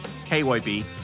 KYB